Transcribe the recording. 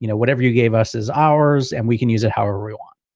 you know whatever you gave us is ours. and we can use it however we want.